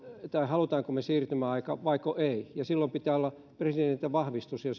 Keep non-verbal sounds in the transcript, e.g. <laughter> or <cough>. haluammeko me siirtymäajan vaiko emme ja silloin pitää olla presidentiltä vahvistus jo <unintelligible>